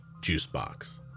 juicebox